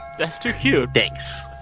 that's too cute thanks